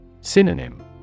Synonym